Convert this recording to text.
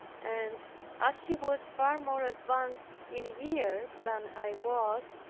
and as she was far more advanced in years than i was,